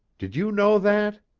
did you know that?